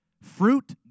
fruit